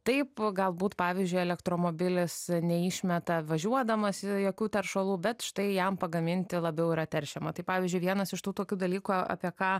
taip galbūt pavyzdžiui elektromobilis neišmeta važiuodamas jokių teršalų bet štai jam pagaminti labiau yra teršiama tai pavyzdžiui vienas iš tų tokių dalykų apie ką